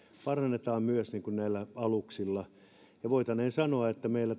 parannetaan myös näillä aluksilla kalastukseen liittyen voitaneen sanoa tästä meillä